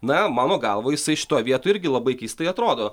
na mano galva jisai šitoj vietoj irgi labai keistai atrodo